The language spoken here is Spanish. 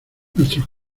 nuestros